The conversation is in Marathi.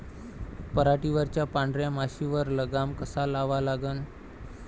पराटीवरच्या पांढऱ्या माशीवर लगाम कसा लावा लागन?